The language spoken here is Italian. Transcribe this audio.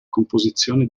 composizione